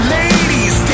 ladies